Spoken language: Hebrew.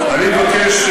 אסון, אני מבקש,